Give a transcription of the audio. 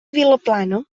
vilaplana